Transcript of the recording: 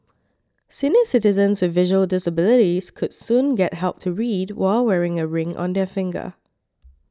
senior citizens with visual disabilities could soon get help to read while wearing a ring on their finger